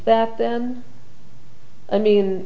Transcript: that then i mean